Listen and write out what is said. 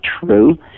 true